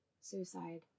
suicide